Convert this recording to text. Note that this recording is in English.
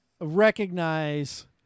recognize